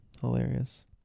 hilarious